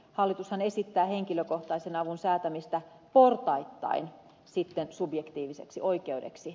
hallitushan esittää henkilökohtaisen avun säätämistä portaittain sitten subjektiiviseksi oikeudeksi